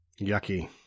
Yucky